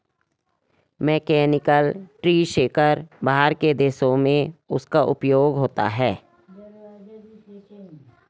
mechanical tree shaker बाहर के देशों में उसका उपयोग होता है